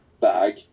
bag